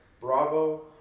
Bravo